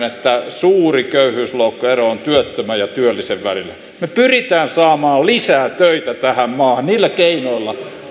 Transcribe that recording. että suuri köyhyysloukkuero on työttömän ja työllisen välillä me pyrimme saamaan lisää töitä tähän maahan niillä keinoilla